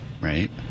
Right